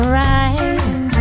right